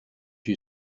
you